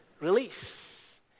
release